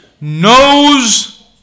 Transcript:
knows